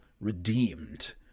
redeemed